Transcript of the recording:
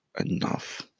enough